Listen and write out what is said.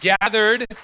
gathered